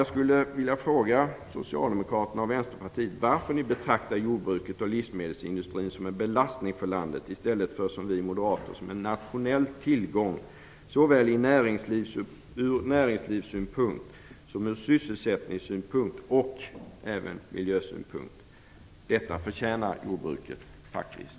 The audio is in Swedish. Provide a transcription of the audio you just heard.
Jag skulle vilja fråga socialdemokraterna och vänsterpartisterna varför ni betraktar jordbruket och livsmedelsindustrin som en belastning för landet i stället för, som vi moderater gör, som en nationell tillgång såväl ur näringslivssynpunkt som ur sysselsättningssynpunkt och även ur miljösynpunkt. Detta förtjänar jordbruket faktiskt.